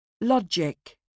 Logic